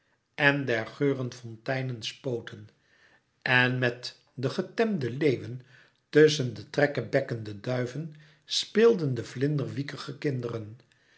en der geuren fonteinen spoten en met de getemde leeuwen tusschen de trekkebekkende duiven speelden de vlinderwiekige kinderen